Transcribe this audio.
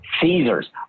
Caesars